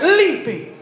leaping